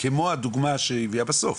כמו הדוגמא שהיא הביאה בסוף,